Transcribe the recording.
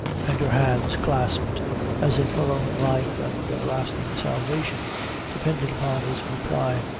and her hands clasped as if her own life and everlasting salvation depended upon his reply.